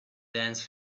dance